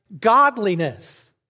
godliness